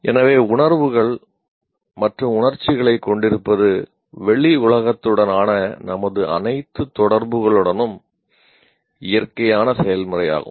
எனவே உணர்வுகள் மற்றும் உணர்ச்சிகளைக் கொண்டிருப்பது வெளி உலகத்துடனான நமது அனைத்து தொடர்புகளுடனும் இயற்கையான செயல்முறையாகும்